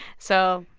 so.